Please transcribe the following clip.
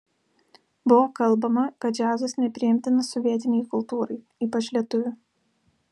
buvo kalbama kad džiazas nepriimtinas sovietinei kultūrai ypač lietuvių